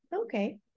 okay